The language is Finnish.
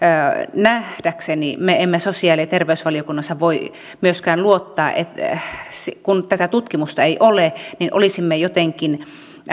nähdäkseni me emme sosiaali ja terveysvaliokunnassa voi myöskään luottaa kun tätä tutkimusta ei ole että olisimme jotenkin